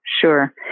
Sure